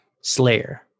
Slayer